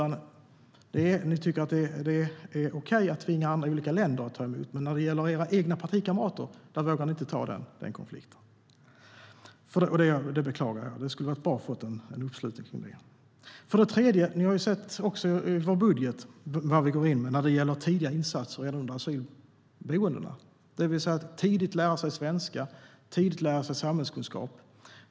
Ni tycker att det är okej att tvinga andra, i olika länder, att ta emot, men när det gäller era egna partikamrater vågar ni inte ta den konflikten. Det beklagar jag. Det skulle ha varit bra att få en uppslutning kring det. Ni har sett i vår budget vad vi går in med när det gäller tidiga insatser, redan under asylboendet, det vill säga att tidigt lära sig svenska och samhällskunskap.